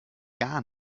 gar